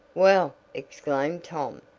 well, exclaimed tom,